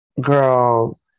girl